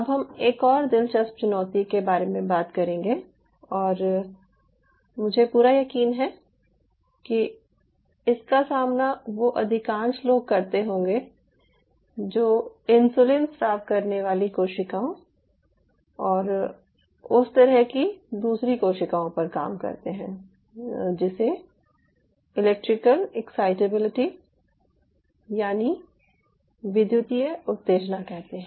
अब हम एक और दिलचस्प चुनौती के बारे में बात करेंगे और मुझे पूरा यकीन है कि इसका सामना वो अधिकांश लोग करते होंगे जो इंसुलिन स्राव करने वाली कोशिकाओं और उस तरह की दूसरी कोशिकाओं पर काम करते हैं जिसे इलेक्ट्रिकल एक्साइटेबिलिटी यानि विद्युतीय उत्तेजना कहते हैं